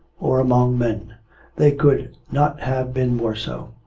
or among men they could not have been more so.